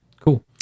Cool